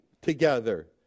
together